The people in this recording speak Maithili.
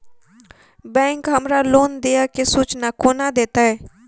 बैंक हमरा लोन देय केँ सूचना कोना देतय?